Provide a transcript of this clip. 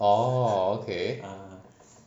orh okay